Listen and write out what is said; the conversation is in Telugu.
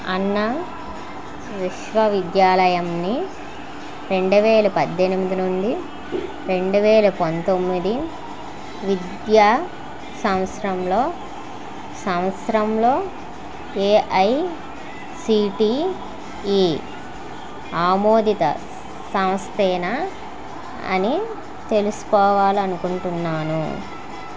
అన్నా విశ్వవిద్యాలయంని రెండు వేల పద్దెనిమిది నుండి రెండు వేల పంతొమ్మిది విద్యా సంవత్సరంలో సంవత్సరంలో ఏఐసీటీఈ ఆమోదిత సంస్థేనా అని తెలుసుకోవాలనుకుంటున్నాను